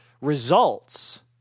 results